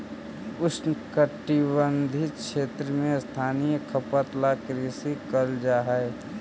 उष्णकटिबंधीय क्षेत्र में स्थानीय खपत ला कृषि करल जा हई